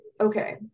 okay